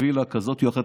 וילה כזאת או אחרת,